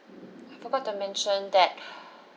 I forgot to mention that